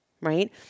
right